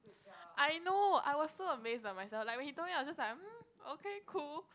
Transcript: I know I was so amazed by myself like when he told me I was just like mm okay cool